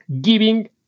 giving